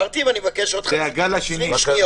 --- זה בלתי נסבל